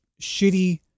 shitty